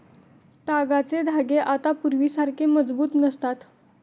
तागाचे धागे आता पूर्वीसारखे मजबूत नसतात